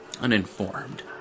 uninformed